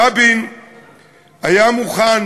רבין היה מוכן